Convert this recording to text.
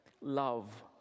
love